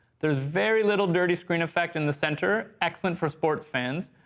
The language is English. there's very little dirty screen effect in the center, excellent for sports fans,